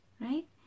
right